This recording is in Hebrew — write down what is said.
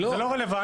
זה לא רלוונטי.